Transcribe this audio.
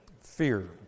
fear